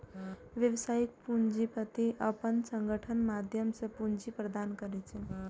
व्यावसायिक पूंजीपति अपन संगठनक माध्यम सं पूंजी प्रदान करै छै